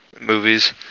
movies